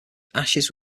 ashes